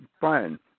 fine